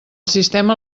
sistema